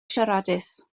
siaradus